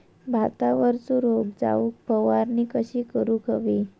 भातावरचो रोग जाऊक फवारणी कशी करूक हवी?